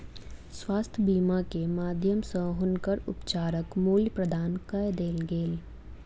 स्वास्थ्य बीमा के माध्यम सॅ हुनकर उपचारक मूल्य प्रदान कय देल गेल